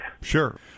sure